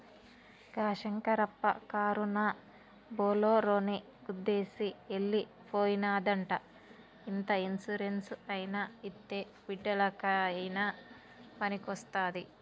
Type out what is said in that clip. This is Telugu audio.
గా శంకరప్ప కారునా బోలోరోని గుద్దేసి ఎల్లి పోనాదంట ఇంత ఇన్సూరెన్స్ అయినా ఇత్తే బిడ్డలకయినా పనికొస్తాది